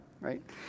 right